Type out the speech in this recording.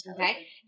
Okay